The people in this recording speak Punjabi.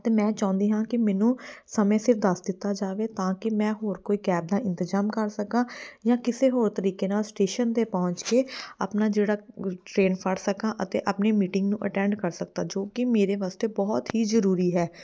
ਅਤੇ ਮੈਂ ਚਾਹੁੰਦੀ ਹਾਂ ਕਿ ਮੈਨੂੰ ਸਮੇਂ ਸਿਰ ਦੱਸ ਦਿੱਤਾ ਜਾਵੇ ਤਾਂ ਕਿ ਮੈਂ ਹੋਰ ਕੋਈ ਕੈਬ ਦਾ ਇੰਤਜ਼ਾਮ ਕਰ ਸਕਾਂ ਜਾਂ ਕਿਸੇ ਹੋਰ ਤਰੀਕੇ ਨਾਲ ਸਟੇਸ਼ਨ 'ਤੇ ਪਹੁੰਚ ਕੇ ਆਪਣਾ ਜਿਹੜਾ ਟਰੇਨ ਫੜ ਸਕਾਂ ਅਤੇ ਆਪਣੀ ਮੀਟਿੰਗ ਨੂੰ ਅਟੈਂਡ ਕਰ ਸਕਾਂ ਜੋ ਕਿ ਮੇਰੇ ਵਾਸਤੇ ਬਹੁਤ ਹੀ ਜ਼ਰੂਰੀ ਹੈ